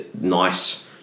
Nice